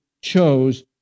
chose